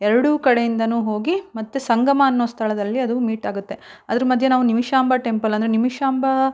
ಎರಡೂ ಕಡೆಯಿಂದಲೂ ಹೋಗಿ ಮತ್ತೆ ಸಂಗಮ ಅನ್ನೋ ಸ್ಥಳದಲ್ಲಿ ಅದು ಮೀಟ್ ಆಗುತ್ತೆ ಅದರ ಮಧ್ಯೆ ನಾವು ನಿಮಿಷಾಂಬಾ ಟೆಂಪಲ್ ಅಂದರೆ ನಿಮಿಷಾಂಬಾ